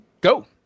go